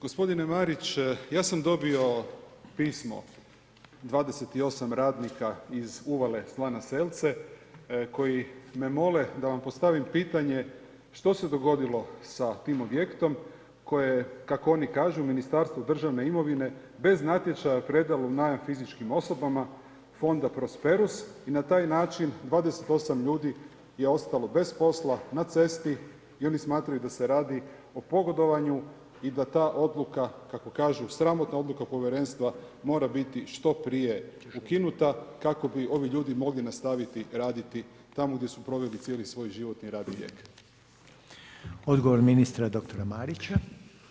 Gospodine Marić, ja sam dobio pismo 28 radnika iz Uvale Slana Selce koji me mole da vam postavim pitanje, što se dogodilo sa tim objektom koje je kako oni kažu Ministarstvo državne imovine bez natječaja predalo u najam fizičkim osobama Fonda Prosperus i na taj način 28 ljudi je ostalo bez posla na cesti i oni smatraju da se radi o pogodovanju i da ta odluka, kako kažu sramotna odluka povjerenstva, mora biti što prije ukinuta kako bi ovi ljudi mogli nastaviti raditi tamo gdje su proveli cijeli svoj životni radni vijek.